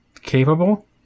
capable